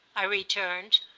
i returned.